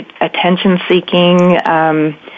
attention-seeking